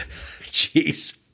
Jeez